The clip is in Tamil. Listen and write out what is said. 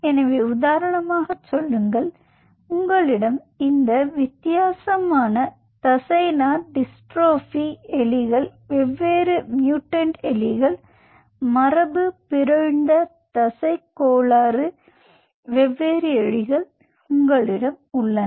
எனவே உதாரணமாக சொல்லுங்கள் உங்களிடம் இந்த வித்தியாசமான தசைநார் டிஸ்டிராபி எலிகள் வெவ்வேறு மியூட்டன்ட் எலிகள் மரபுபிறழ்ந்த தசைக் கோளாறு வெவ்வேறு எலிகள் உங்களிடம் உள்ளன